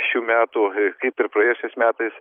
šių metų kaip ir praėjusiais metais